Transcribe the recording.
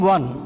One